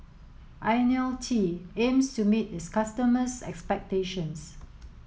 Ionil T aims to meet its customers' expectations